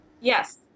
Yes